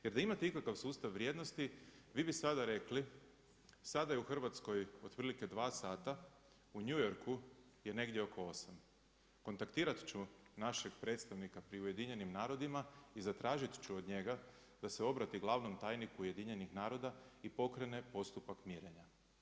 Jer da imate ikakav sustav vrijednosti vi bi sada rekli sada je u Hrvatskoj otprilike 2 sata, u New Yorku je negdje oko 8. Kontaktirat ću našeg predstavnika pri Ujedinjenim narodima i zatražit ću od njega da se obrati glavnom tajniku Ujedinjenih naroda i pokrene postupak mirenja.